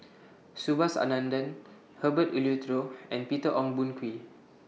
Subhas Anandan Herbert Eleuterio and Peter Ong Boon Kwee